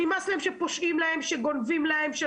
שנמאס להם שפושעים להם, שגונבים להם.